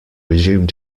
resumed